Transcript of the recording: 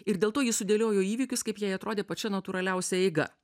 ir dėl to ji sudėliojo įvykius kaip jai atrodė pačia natūraliausia eiga